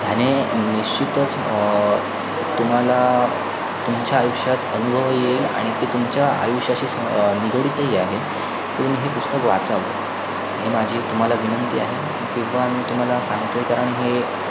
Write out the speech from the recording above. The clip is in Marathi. ह्याने निश्चितच तुम्हाला तुमच्या आयुष्यात अनुभव येईल आणि ते तुमच्या आयुष्याशी स निगडितही आहे तुम्ही हे पुस्तक वाचावं ही माझी तुम्हाला विनंती आहे ते पण तुम्हाला सांगतो आहे कारण हे